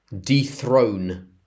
Dethrone